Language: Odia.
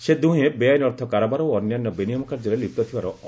ସେ ଦୁହେଁ ବେଆଇନ ଅର୍ଥ କାରବାର ଓ ଅନ୍ୟାନ୍ୟ ବେନିୟମ କାର୍ଯ୍ୟରେ ଲିପ୍ତ ଥିବାର ଅଭିଯୋଗ ହୋଇଛି